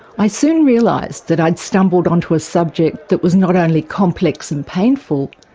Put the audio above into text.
i soon realised that i had stumbled onto a subject that was not only complex and painful,